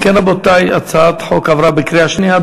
אם כן, רבותי, הצעת החוק עברה בקריאה שנייה.